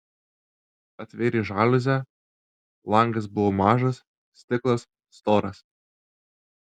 atvėrė žaliuzę langas buvo mažas stiklas storas